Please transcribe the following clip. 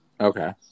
Okay